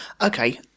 Okay